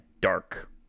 dark